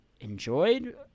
enjoyed